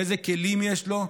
איזה כלים יש לו,